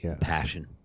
Passion